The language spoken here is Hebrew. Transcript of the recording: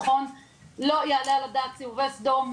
לא יעלה על הדעת סיבובי סדום,